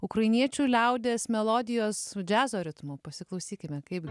ukrainiečių liaudies melodijos džiazo ritmu pasiklausykime kaip